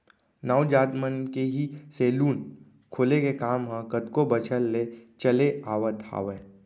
नाऊ जात मन के ही सेलून खोले के काम ह कतको बछर ले चले आवत हावय